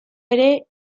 ere